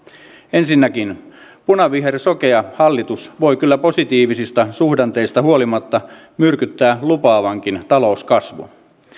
ensinnäkin punavihersokea hallitus voi kyllä positiivisista suhdanteista huolimatta myrkyttää lupaavankin talouskasvun